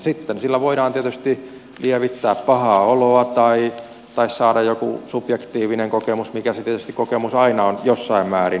sitten sillä voidaan tietysti lievittää pahaa oloa tai saada jokin subjektiivinen kokemus mikä se kokemus tietysti aina on jossain määrin